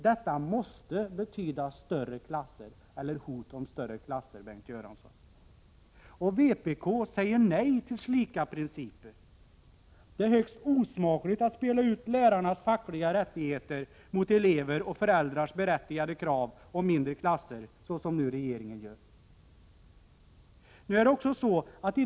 Detta måste betyda ett hot om större klasser, Bengt Göransson. Vpk säger nej till slika principer. Det är högst osmakligt att spela ut lärarnas fackliga rättigheter mot elevers och föräldrars berättigade krav på mindre klasser, så som regeringen nu gör.